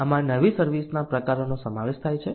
આમાં નવી સર્વિસ ના પ્રકારોનો સમાવેશ થાય છે